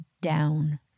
down